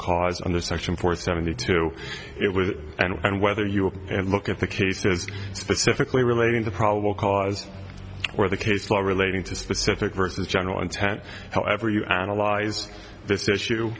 cause under section four seventy two it was and whether you will and look at the cases specifically relating to probable cause or the case law relating to specific versus general intent however you analyze this issue